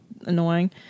annoying